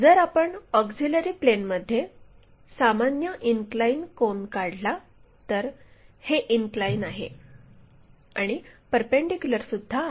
जर आपण ऑक्झिलिअरी प्लेनमध्ये सामान्य इनक्लाइन कोन काढला तर हे इनक्लाइन आहे आणि परपेंडीक्युलरसुद्धा आहे